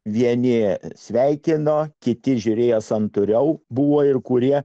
vieni sveikino kiti žiūrėjo santūriau buvo ir kurie